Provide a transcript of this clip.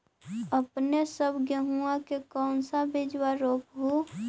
अपने सब गेहुमा के कौन सा बिजबा रोप हू?